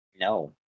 No